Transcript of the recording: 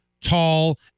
tall